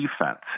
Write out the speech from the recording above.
Defense